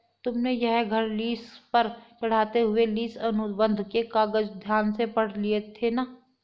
तुमने यह घर लीस पर चढ़ाते हुए लीस अनुबंध के कागज ध्यान से पढ़ लिए थे ना?